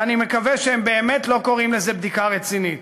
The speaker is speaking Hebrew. ואני מקווה שהם באמת לא קוראים לזה בדיקה רצינית.